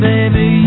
Baby